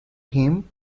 him